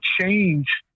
change